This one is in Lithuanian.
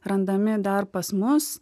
randami dar pas mus